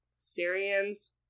Syrians